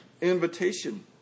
invitation